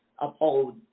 uphold